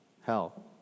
hell